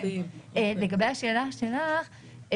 לגבי השאלה שלך,